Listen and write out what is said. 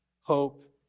hope